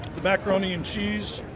the macaroni and cheese